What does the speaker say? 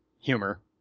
humor